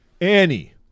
Annie